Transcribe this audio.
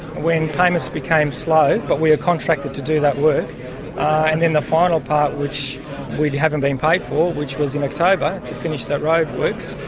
when payments became slow, but we are contracted to do that work and then the final part, which we haven't been paid for, which was in october, to finish that roadworks,